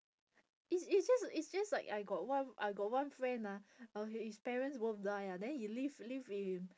it's it's just it's just like I got one I got one friend ah uh his both parents die ah then he live live in